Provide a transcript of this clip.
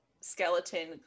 skeleton